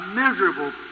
miserable